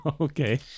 Okay